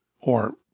or-